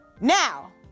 Now